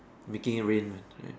making it rain man right